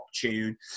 tune